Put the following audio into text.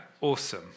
awesome